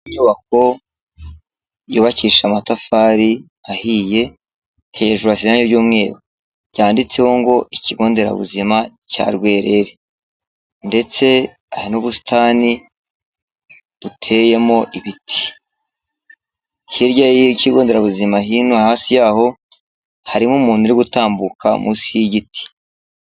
Inyubako yubakishije amatafari ahiye, hejuru hasize irangi ry'umweru, cyanditseho ngo ikigo nderabuzima cya Rwerere, ndetse hari n'ubusitani buteyemo ibiti, hirya y'ikigo nderabuzima hino hasi yaho harimo umuntu uri gutambuka munsi y'igiti.